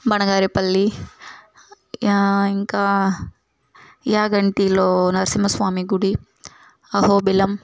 బనగారిపల్లి ఇంకా యాగంటిలో నరసింహ స్వామి గుడి అహోబిలం